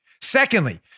Secondly